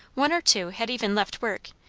one or two had even left work,